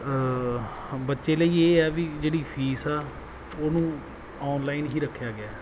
ਬੱਚੇ ਲਈ ਇਹ ਹੈ ਵੀ ਜਿਹੜੀ ਫੀਸ ਆ ਉਹਨੂੰ ਅੋਨਲਾਈਨ ਹੀ ਰੱਖਿਆ ਗਿਆ